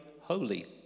holy